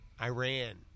Iran